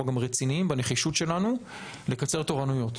רציניים גם בנחישות שלנו לקצר תורנויות,